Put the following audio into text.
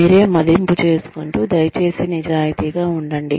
మీరే మదింపు చేసుకుంటూ దయచేసి నిజాయితీగా ఉండండి